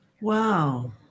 Wow